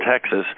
Texas